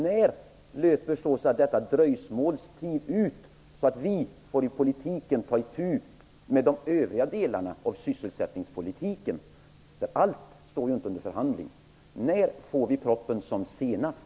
När löper denna dröjsmålstid ut, så att vi politiker kan ta itu med de övriga delarna av sysselsättningspolitiken? Allt är ju inte under förhandling. När får vi propositionen som senast?